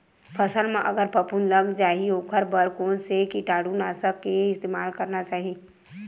फसल म अगर फफूंद लग जा ही ओखर बर कोन से कीटानु नाशक के इस्तेमाल करना चाहि?